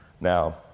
Now